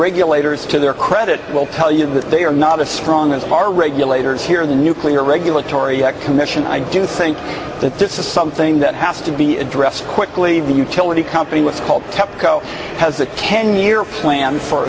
regulators to their credit will tell you that they are not a strong as are regulators here in the nuclear regulatory commission and i do think that this is something that has to be addressed quickly the utility company with called tepco has a can year plan for